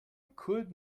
could